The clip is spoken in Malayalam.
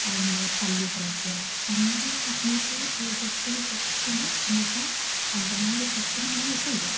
അല്ലെങ്കില് പല്ലി ചിലയ്ക്കുക അങ്ങനെയുള്ള കാര്യങ്ങളൊക്കെ ജസ്റ്റ് വിശ്വസിച്ചിട്ടുണ്ട് എന്നുവെച്ചാല് അന്ധമായി വിശ്വസിക്കുന്നുണ്ടോയെന്ന് ചോദിച്ചാല് ഇല്ല